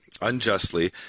unjustly